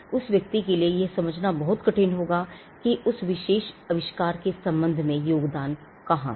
उस व्यक्ति के लिए यह समझना बहुत कठिन होगा कि उस विशेष आविष्कार के संबंध में योगदान कहां है